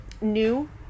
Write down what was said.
new